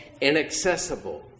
inaccessible